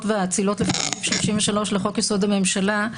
וההאצלות לפי סעיף 33 לחוק-יסוד: הממשלה,